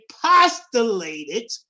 postulated